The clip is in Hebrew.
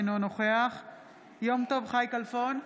אינו נוכח יום טוב חי כלפון,